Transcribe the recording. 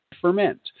ferment